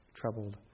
troubled